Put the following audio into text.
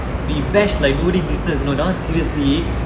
we bash like nobody business you know ah seriously